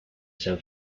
san